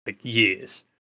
years